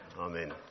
Amen